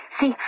See